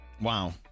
Wow